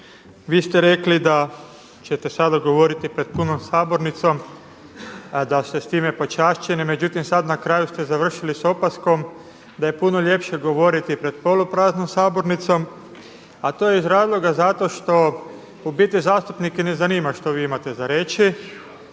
Vi ste rekli da ćete sada govoriti pred punom sabornicom, da ste s time počašćeni, međutim sada ste na kraju završili s opaskom da je puno ljepše govoriti pred polupraznom sabornicom, a to je iz razloga zato što u biti zastupnike ne zanima što vi imate za reći.